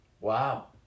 Wow